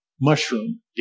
mushroom